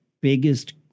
biggest